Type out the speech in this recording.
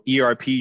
ERP